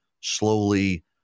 slowly